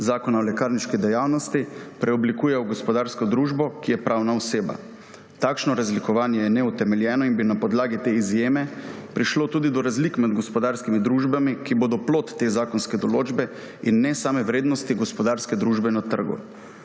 Zakona o lekarniški dejavnosti preoblikuje v gospodarsko družbo, ki je pravna oseba. Takšno razlikovanje je neutemeljeno in bi na podlagi te izjeme prišlo tudi do razlik med gospodarskimi družbami, ki bodo plod te zakonske določbe, in ne same vrednosti gospodarske družbe na trgu.